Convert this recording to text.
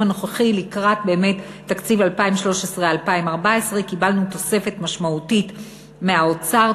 הנוכחי לקראת תקציב 2013 2014 תוספת משמעותית מהאוצר,